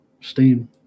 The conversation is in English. Steam